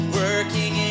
working